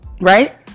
Right